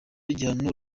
igihano